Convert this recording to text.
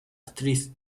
actriz